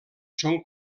són